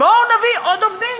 בואו נביא עוד עובדים,